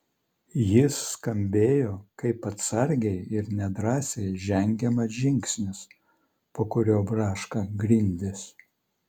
jis skambėjo kaip atsargiai ir nedrąsiai žengiamas žingsnis po kuriuo braška grindys